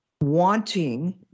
wanting